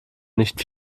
nicht